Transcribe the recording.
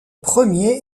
premier